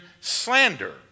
slander